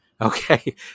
Okay